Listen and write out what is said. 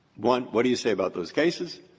one, what do you say about those cases?